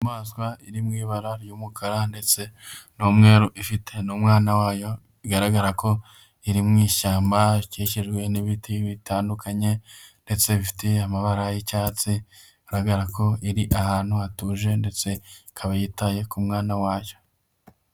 Inyamaswa iri mu ibara ry'umukara ndetse n'umweru ifite n'umwana wayo, bigaragara ko iri mu ishyamba, rikikijwe n'ibiti bitandukanye, ndetse bifite amabara y'icyatsi, bigaragara ko iri ahantu hatuje, ndetse ikaba yitaye ku mwana wayo.